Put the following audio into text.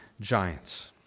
giants